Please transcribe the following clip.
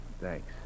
Thanks